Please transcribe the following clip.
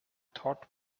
thought